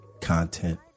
content